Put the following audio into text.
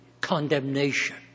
condemnation